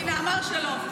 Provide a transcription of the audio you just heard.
הינה, אמר שלא.